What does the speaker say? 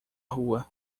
rua